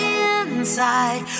inside